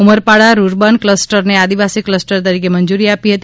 Umarpada rurban ક્લસ્ટરને આદિવાસી cluster તરીકે મંજૂરી આપી હતી